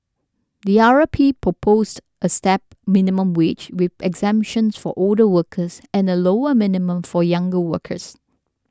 the R P proposed a stepped minimum wage with exemptions for older workers and a lower minimum for younger workers